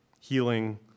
healing